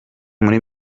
muri